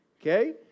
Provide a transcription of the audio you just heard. okay